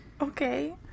Okay